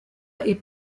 est